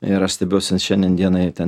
ir aš stebiuosi nes šiandien dienai ten